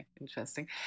interesting